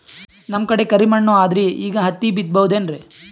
ನಮ್ ಕಡೆ ಕರಿ ಮಣ್ಣು ಅದರಿ, ಈಗ ಹತ್ತಿ ಬಿತ್ತಬಹುದು ಏನ್ರೀ?